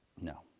No